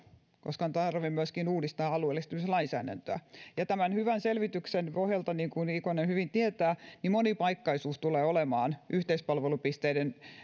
on tarve myöskin uudistaa alueellistamislainsäädäntöä ja tämän hyvän selvityksen pohjalta niin kuin ikonen hyvin tietää monipaikkaisuus tulee olemaan yhteispalvelupisteiden ohella